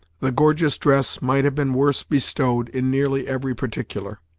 the gorgeous dress might have been worse bestowed in nearly every particular.